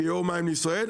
כיו"ר מים לישראל,